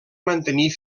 mantenir